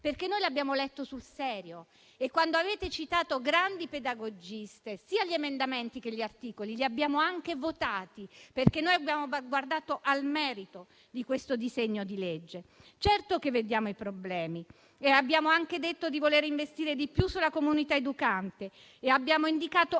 Noi l'abbiamo letto sul serio e, quando avete citato grandi pedagogiste, sia gli emendamenti che gli articoli li abbiamo anche votati, perché abbiamo guardato al merito di questo disegno di legge. Certo che vediamo i problemi; abbiamo anche detto di voler investire di più sulla comunità educante, indicando,